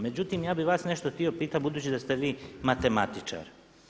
Međutim, ja bih vas nešto htio pitati budući da ste vi matematičar.